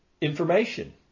information